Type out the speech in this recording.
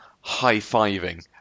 high-fiving